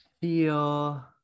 Feel